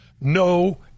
No